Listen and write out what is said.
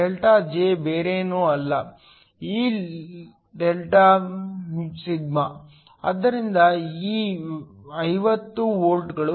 ΔJ ಬೇರೇನೂ ಅಲ್ಲ eΔσ ಆದ್ದರಿಂದ ಇ 50 ವೋಲ್ಟ್ಗಳು